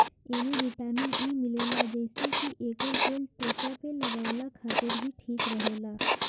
एमे vitamin E मिलेला जेसे की एकर तेल त्वचा पे लगवला खातिर भी ठीक रहेला